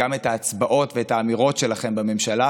גם את ההחלטות ואת האמירות שלכם בממשלה.